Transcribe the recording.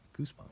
Goosebumps